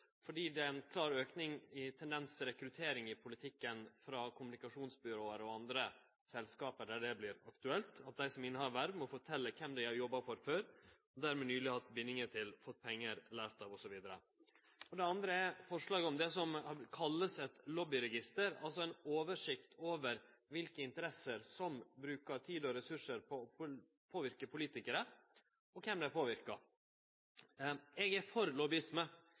fordi det er ein klar auke i tendensen til rekruttering i politikken frå kommunikasjonsbyrå og andre selskap der det er aktuelt at dei som innehar verv, må fortelje kven dei har jobba for før, kva dei nyleg har hatt binding til, fått pengar av, lært av osv. Det andre er forslaget om det som vert kalla eit lobbyregister, altså ei oversikt over kva interesser som brukar tid og ressursar på å påverke politikarar, og kven dei påverkar. Eg er for